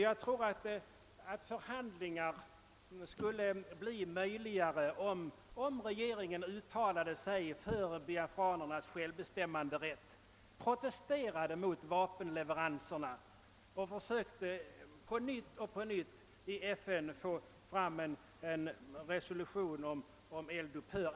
Jag tror att det skulle bli större möjligheter att få till stånd förhandlingar, om regeringen uttalade sig för biafranernas självbestämmanderätt, protesterade mot vapenleveranserna och på nytt och på nytt försökte att i FN få igenom en resolution om eld upphör.